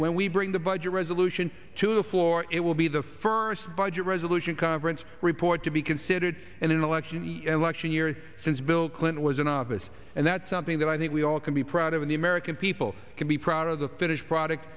when we bring the budget resolution to the floor it will be the first budget resolution conference report to be considered in an election in the election year since bill clinton was in office and that's something that i think we all can be proud of in the american people can be proud of the finished product